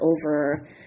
over